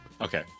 Okay